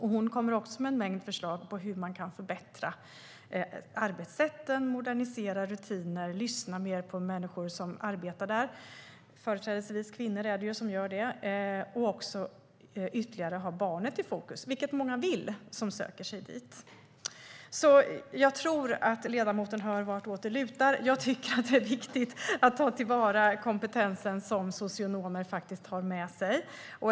Hon kommer också med en mängd förslag på hur man kan förbättra arbetssätten och modernisera rutiner, och hon lyssnar på människor som arbetar där - företrädesvis kvinnor - och sätter barnet i fokus. Det vill många av dem som söker sig dit. Jag tror att ledamoten hör vartåt det lutar. Jag tycker att det är viktigt att ta till vara kompetensen som socionomer tar med sig.